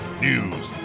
news